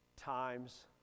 times